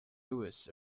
lewis